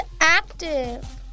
active